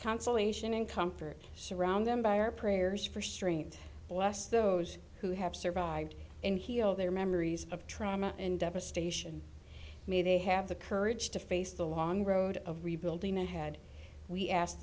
consolation and comfort surround them by our prayers for street us those who have survived and heal their memories of trauma and devastation may they have the courage to face the long road of rebuilding ahead we ask